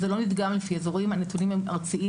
זה לא נדגם לפי אזורים; הנתונים הם ארציים.